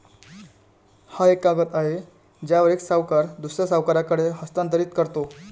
हा एक कागद आहे ज्यावर एक सावकार दुसऱ्या सावकाराकडे हस्तांतरित करतो